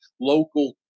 local